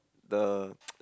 the